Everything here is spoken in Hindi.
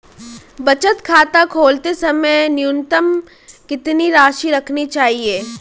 बचत खाता खोलते समय न्यूनतम कितनी राशि रखनी चाहिए?